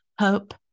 hope